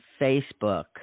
Facebook